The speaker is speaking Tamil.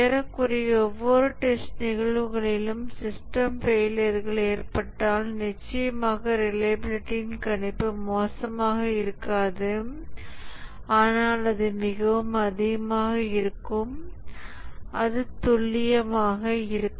ஏறக்குறைய ஒவ்வொரு டெஸ்ட் நிகழ்வுகளிலும் சிஸ்டம் ஃபெயிலியர்கள் ஏற்பட்டால் நிச்சயமாக ரிலையபிலிடியின் கணிப்பு மோசமாக இருக்காது ஆனால் அது மிகவும் அதிகமாக இருக்கும் அது துல்லியமாக இருக்காது